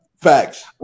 Facts